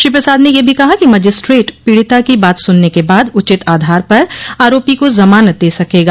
श्री प्रसाद ने यह भी कहा कि मजिस्ट्रेट पीड़िता की बात सुनने के बाद उचित आधार पर आरोपी को जमानत दे सकेगा